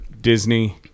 Disney